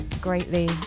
greatly